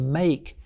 make